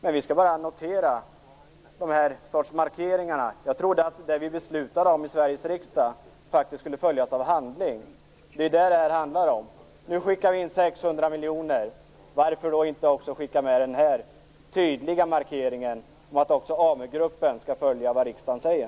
Men vi skall bara notera den här sortens markeringar. Jag trodde att det vi beslutade om i Sveriges riksdag faktiskt skulle följas av handling. Det är vad det här handlar om. Nu skickar vi in 600 miljoner kronor. Varför då inte skicka med den här tydliga markeringen om att också Amu-gruppen skall följa vad riksdagen säger?